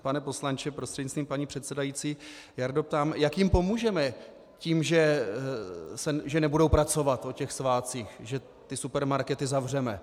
Pane poslanče prostřednictvím paní předsedající, Jardo, ptám, jak jim pomůžeme tím, že nebudou pracovat o těch svátcích, že ty supermarkety zavřeme?